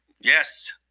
Yes